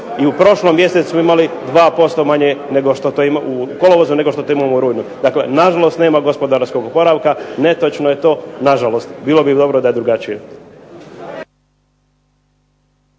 i u prošlom mjesecu imali smo 2% manje nego što to imamo u kolovozu nego što to imamo u rujnu. Dakle, nažalost nemamo gospodarskog oporavka, netočno je to nažalost. Bilo bi dobro da je drugačije.